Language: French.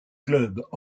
clubs